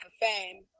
fame